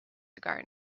cigar